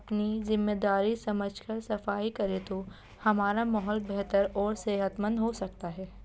اپنی ذمہ داری سمجھ کر صفائی کرے تو ہمارا ماحول بہتر اور صحت مند ہو سکتا ہے